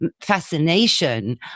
fascination